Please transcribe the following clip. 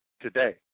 today